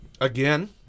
Again